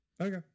Okay